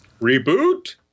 Reboot